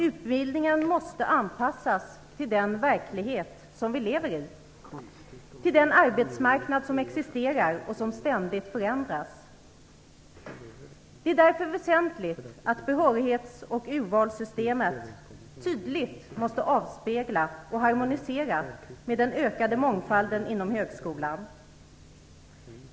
Utbildningen måste anpassas till den verklighet som vi lever i, till den arbetsmarknad som existerar och som ständigt förändras. Det är därför väsentligt att behörighets och urvalssystemet tydligt avspeglar och harmoniserar med den ökade mångfalden inom högskolan.